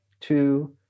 Two